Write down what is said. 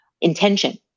intention